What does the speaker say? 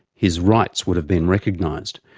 his rights would have been recognised,